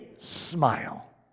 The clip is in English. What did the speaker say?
smile